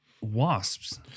wasps